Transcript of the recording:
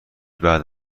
بعد